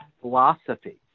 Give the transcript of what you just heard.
philosophy